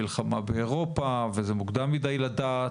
יש שם המלצות שאושרו כרגע על-ידי ועדת המנכ"לים,